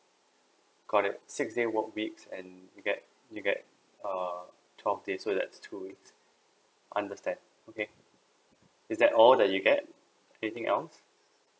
got it six day work weeks and you get you get err twelve day so that's two weeks understand okay is that all that you get anything else